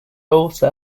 also